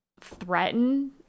threaten